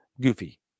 goofy